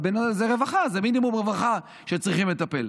זה רווחה, זה מינימום רווחה שצריכים לטפל.